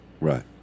Right